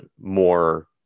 more